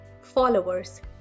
followers